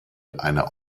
einer